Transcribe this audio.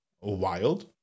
wild